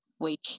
week